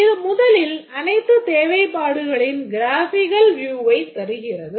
இது முதலில் அனைத்துத் தேவைப்பாடுகளின் graphical view ஐத் தருகிறது